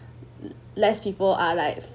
less people are like